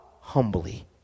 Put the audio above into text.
humbly